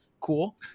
Cool